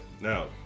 Now